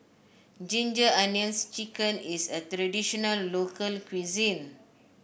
Ginger Onions chicken is a traditional local cuisine